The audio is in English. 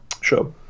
Sure